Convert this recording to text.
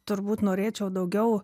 turbūt norėčiau daugiau